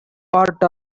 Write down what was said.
part